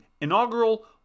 Inaugural